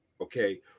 okay